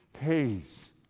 pays